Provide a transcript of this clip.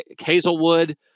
Hazelwood